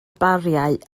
bariau